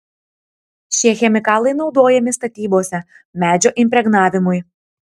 šie chemikalai naudojami statybose medžio impregnavimui